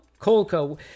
Colco